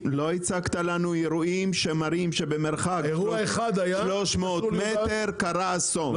לא הצגת לנו אירועים שמראים שבמרחק 300 מטר קרה אסון,